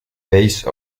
base